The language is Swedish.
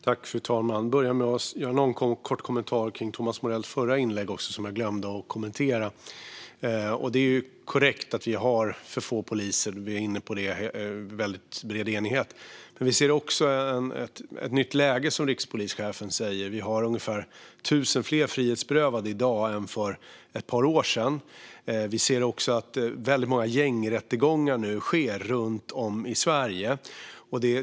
Fru talman! Jag börjar med en kort kommentar kring Thomas Morells förra inlägg, som jag glömde att kommentera. Det är korrekt att vi har för få poliser. Vi är inne på det i en väldigt bred enighet. Men vi ser också ett nytt läge, som rikspolischefen säger. Vi har ungefär 1 000 fler frihetsberövade i dag än för ett par år sedan. Vi ser också att det nu är väldigt många gängrättegångar runt om i Sverige.